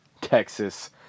Texas